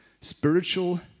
spiritual